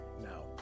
now